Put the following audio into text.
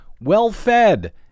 well-fed